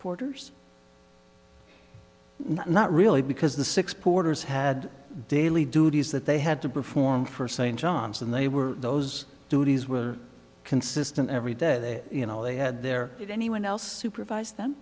porters not really because the six porters had daily duties that they had to perform for st john's and they were those duties were consistent every day you know they had their anyone else supervise them